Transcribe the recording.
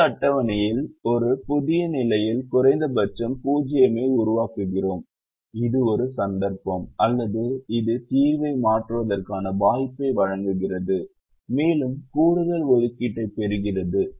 அடுத்த அட்டவணையில் ஒரு புதிய நிலையில் குறைந்தபட்சம் 0 ஐ உருவாக்குகிறோம் இது ஒரு சந்தர்ப்பம் அல்லது இது தீர்வை மாற்றுவதற்கான வாய்ப்பை வழங்குகிறது மேலும் கூடுதல் ஒதுக்கீட்டைப் பெறுகிறது